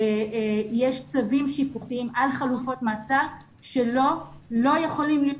יש צווים שיפוטיים על חלופות מעצר שלא יכולים להיות